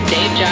Dave